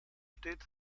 steht